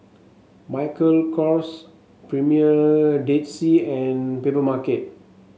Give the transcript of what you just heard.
Michael Kors Premier Dead Sea and Papermarket